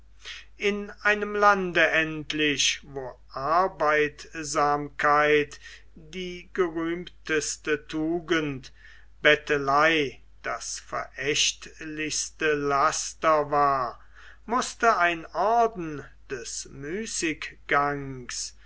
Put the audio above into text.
in einem lande endlich wo arbeitsamkeit die gerühmteste tugend bettelei das verächtlichste laster war mußte ein orden des müßiggangs